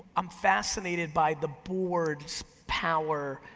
i'm fascinated by the board's power.